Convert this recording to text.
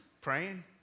praying